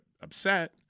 upset